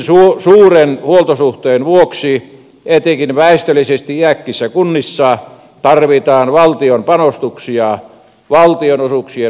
juurikin suuren huoltosuhteen vuoksi etenkin väestöllisesti iäkkäissä kunnissa tarvitaan valtion panostuksia valtionosuuksien muodossa